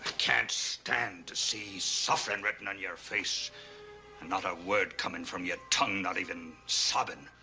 can't stand to see suffering written on your face and not a word coming from your tongue, not even sobbing.